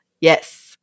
Yes